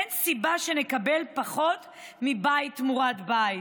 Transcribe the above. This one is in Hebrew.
אין סיבה שנקבל פחות מבית תמורת בית,